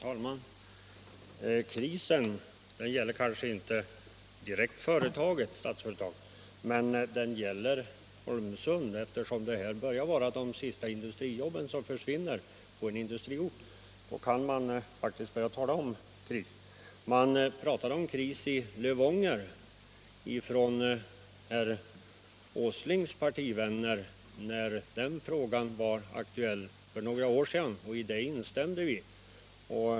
Herr talman! Nej, krisen gäller inte direkt Statsföretag men väl Holmsund, eftersom detta är nära nog de sista industrijobben som försvinner i Holmsundsindustrin. Och då kan man faktiskt börja tala om kris. Herr Åslings partivänner talade om kris i Lövånger, när den frågan var aktuell för några år sedan, och det instämde vi i.